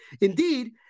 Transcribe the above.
indeed